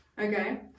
Okay